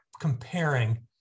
comparing